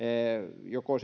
joko